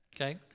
Okay